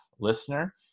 listener